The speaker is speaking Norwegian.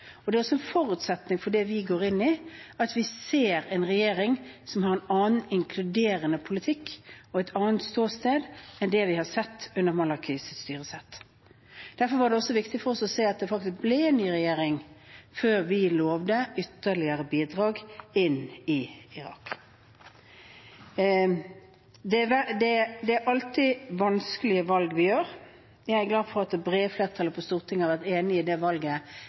Det er også en forutsetning for det vi går inn i, at vi ser en regjering som har en annen, inkluderende politikk og et annet ståsted enn det vi har sett under al-Malikis styresett. Derfor var det også viktig for oss å se at det faktisk ble en ny regjering før vi lovet ytterligere bidrag inn i Irak. Det er alltid vanskelige valg vi gjør, og jeg er glad for at det brede flertallet på Stortinget har vært enig i det valget